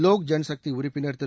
வோக் ஜனசக்தி உறுப்பினர் திரு